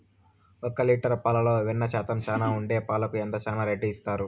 ఒక లీటర్ పాలలో వెన్న శాతం చానా ఉండే పాలకు ఎంత చానా రేటు ఇస్తారు?